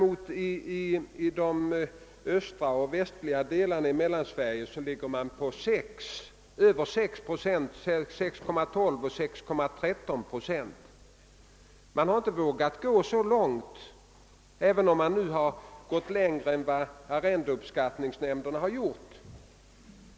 I de östra och västliga delarna av Mellansverige ligger däremot förräntningen på 6,12 och 6,13 procent. Man har emellertid inte för Skåne vågat gå så långt, även om man härvidlag gått längre än arrendeuppskattningsnämnderna gjort.